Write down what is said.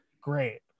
great